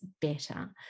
better